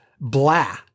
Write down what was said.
blah